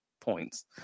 points